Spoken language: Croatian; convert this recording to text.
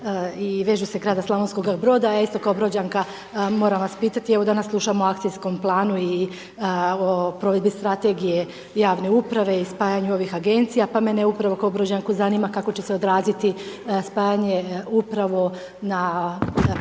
i vežu se za grad Slavonskog Broda, eto kao Brođanka moram vas pitati, evo danas slušamo o akcijskom planu i o provedbi strategiji javne uprave i spajanje ovih agenciju. Pa mene upravo kao Brođanku zanima, kako će se odraziti spajanje upravo na praćenje